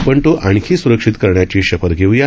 पण तो आणखी सुरक्षित करण्याची शपथ घेऊया